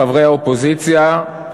חברי האופוזיציה,